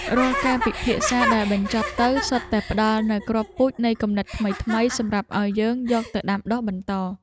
រាល់ការពិភាក្សាដែលបញ្ចប់ទៅ សុទ្ធតែផ្ដល់នូវគ្រាប់ពូជនៃគំនិតថ្មីៗសម្រាប់ឱ្យយើងយកទៅដាំដុះបន្ត។